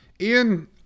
Ian